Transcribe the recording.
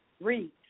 read